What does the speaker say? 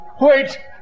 wait